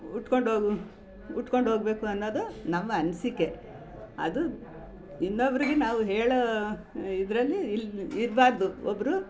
ಉಟ್ಕೊಂಡೋಗು ಉಟ್ಕೊಂಡು ಹೋಗ್ಬೇಕು ಅನ್ನೋದು ನಮ್ಮ ಅನಿಸಿಕೆ ಅದು ಇನ್ನೊಬ್ಬರಿಗೆ ನಾವು ಹೇಳೋ ಇದರಲ್ಲಿ ಇಲ್ಲಿ ಇರಬಾರ್ದು ಒಬ್ಬರು